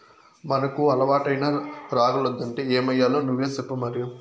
మనకు అలవాటైన రాగులొద్దంటే ఏమయ్యాలో నువ్వే సెప్పు మరి